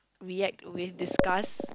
react with disgust